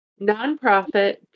Nonprofit